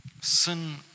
Sin